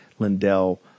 Lindell